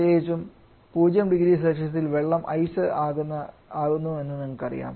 പ്രത്യേകിച്ചും 0 0C യിൽ വെള്ളം ഐസ് ആകുന്ന നിങ്ങൾക്കറിയാം